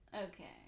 Okay